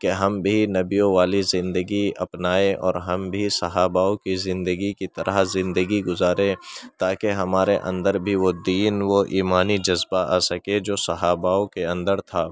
کہ ہم بھی نبیوں والی زندگی اپنائیں اور ہم بھی صحاباؤں كی زندگی كی طرح زندگی گزارے تا کہ ہمارے اندر بھی وہ دین وہ ایمانی جذبہ آ سكے جو صحاباؤں كے اندر تھا